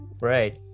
right